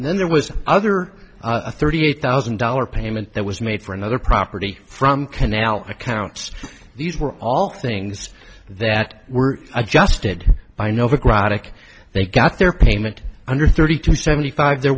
and then there was other a thirty eight thousand dollars payment that was made for another property from canal accounts these were all things that were adjusted by novick rhotic they got their payment under thirty to seventy five there